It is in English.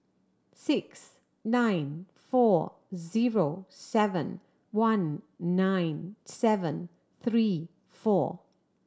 six nine four zero seven one nine seven three four